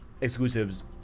exclusives